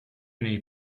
nei